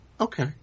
Okay